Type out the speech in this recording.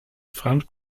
franz